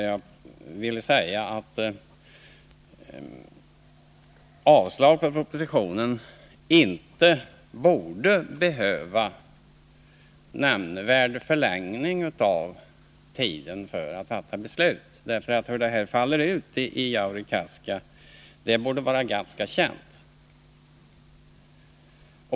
Jag sade att ett avslag på propositionen inte borde behöva innebära någon nämnvärd förlängning av tiden för att fatta beslut, för hur det kommer att gå i fråga om Jaurekaska borde vara ganska känt.